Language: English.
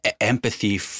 empathy